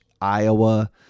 Iowa